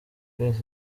twese